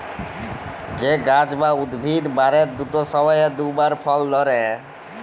যে গাহাচ বা উদ্ভিদ বারের দুট সময়ে দুবার ফল ধ্যরে